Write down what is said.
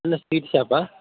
hello seeds షాపా